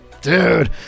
Dude